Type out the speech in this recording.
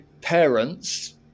parents